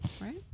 right